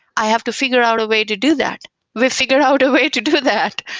i have to figure out a way to do that will figure out a way to do that,